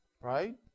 right